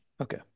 Okay